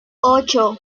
ocho